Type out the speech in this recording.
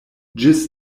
ĝis